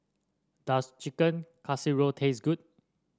does Chicken Casserole taste good